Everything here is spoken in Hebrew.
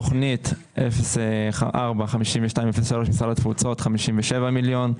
תכנית 04-5203 של משרד התפוצות 57 מיליון,